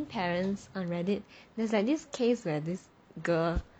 parents and reddit then like this case where this girl